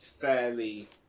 fairly